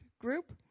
group